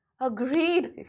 Agreed